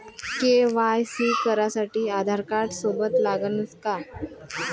KYC करासाठी आधारकार्ड सोबत लागनच का?